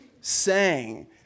sang